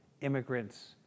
immigrants